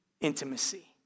intimacy